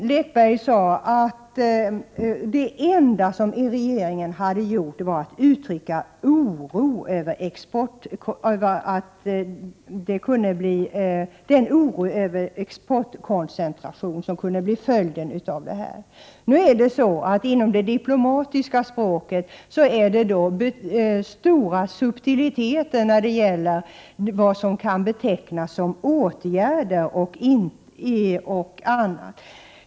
Sören Lekberg sade att det enda regeringen hade gjort var att uttrycka oro över den exportkoncentration som kunde bli följden i detta sammanhang. I det diplomatiska språkbruket finns stora subtiliteter när det gäller vad som kan betecknas som åtgärder och annat.